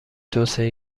توسعه